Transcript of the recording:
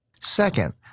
Second